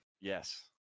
Yes